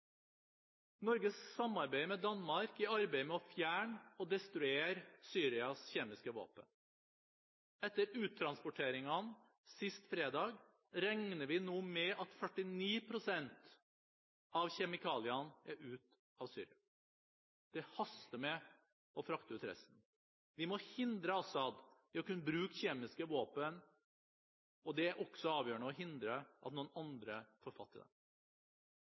med Danmark i arbeidet med å fjerne og destruere Syrias kjemiske våpen. Etter uttransporteringene sist fredag regner vi nå med at 49 pst. av kjemikaliene er ute av Syria. Det haster med å frakte ut resten. Vi må hindre Assad i å kunne bruke kjemiske våpen, og det er også avgjørende å hindre at noen andre får fatt i dem.